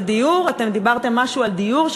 אמרתם משהו על דיור?